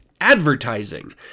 advertising